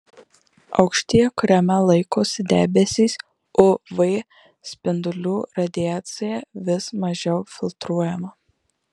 aukštyje kuriame laikosi debesys uv spindulių radiacija vis mažiau filtruojama